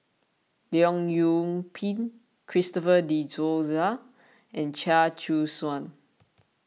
Leong Yoon Pin Christopher De Souza and Chia Choo Suan